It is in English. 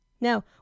Now